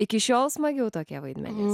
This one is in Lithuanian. iki šiol smagiau tokie vaidmenys